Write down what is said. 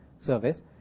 service